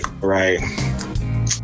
right